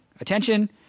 attention